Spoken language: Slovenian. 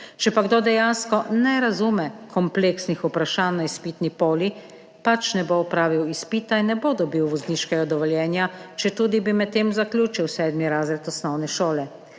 Če pa kdo dejansko ne razume kompleksnih vprašanj na izpitni poli, pač ne bo opravil izpita in ne bo dobil vozniškega dovoljenja, četudi bi medtem zaključil sedmi razred osnovne šole.